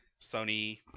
Sony